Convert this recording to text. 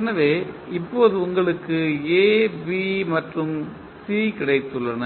எனவே இப்போது உங்களுக்கு A B மற்றும் C கிடைத்துள்ளன